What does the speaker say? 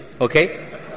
Okay